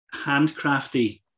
handcrafty